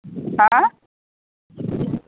हाँ